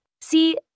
See